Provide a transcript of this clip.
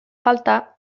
falta